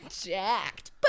jacked